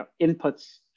inputs